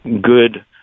good